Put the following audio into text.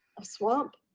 a swamp,